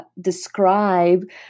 describe